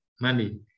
money